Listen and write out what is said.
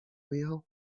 wheel